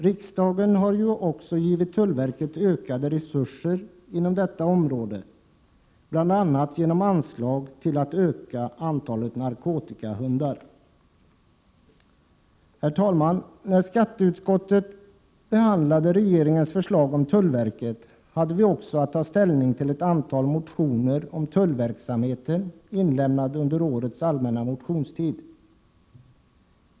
Riksdagen har också givit tullverket ökade resurser inom detta område, bl.a. genom anslag till att öka antalet narkotikahundar. Herr talman! När skatteutskottet behandlade regeringens förslag om tullverket, hade vi också att ta ställning till ett antal motioner om tullverksamheten, inlämnade under årets allmänna motionstid.